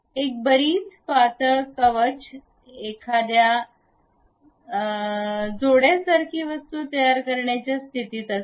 एक बरीच पातळ कवच एखादा जोड्या सारखी वस्तू तयार करण्याच्या स्थितीत असेल